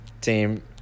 team